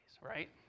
right